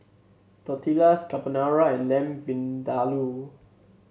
Tortillas Carbonara and Lamb Vindaloo